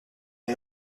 est